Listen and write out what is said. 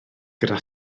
gyda